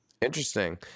Interesting